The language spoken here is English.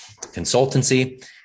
consultancy